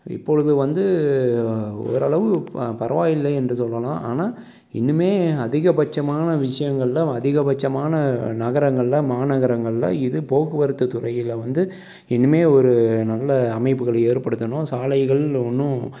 இப்பொழுது வந்து ஓரளவு ஆ பரவாயில்லை என்று சொல்லலாம் ஆனால் இனிமே அதிகபட்சமான விஷயங்களில் அதிகபட்சமான நகரங்களில் மாநகரங்களில் இது போக்குவரத்து துறையில் வந்து இனிமேல் ஒரு நல்ல அமைப்புகளை ஏற்படுத்தணும் சாலைகள் இன்னும்